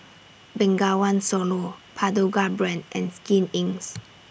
Bengawan Solo Pagoda Brand and Skin Incs